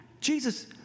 Jesus